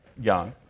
young